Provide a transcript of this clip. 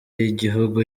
y’igihugu